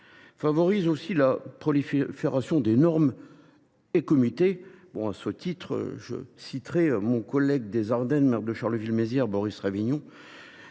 favorise aussi la prolifération de normes et comités. À ce titre, mon collègue des Ardennes, le maire de Charleville Mézières Boris Ravignon,